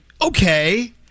okay